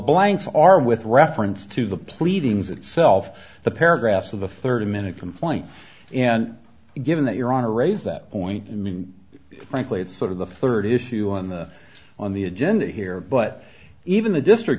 blanks are with reference to the pleadings itself the paragraphs of a thirty minute complaint and given that your honor raised that point i mean frankly it's sort of the third issue on the on the agenda here but even the district